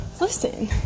Listen